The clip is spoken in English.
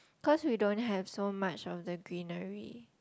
cause we don't have so much of the greenery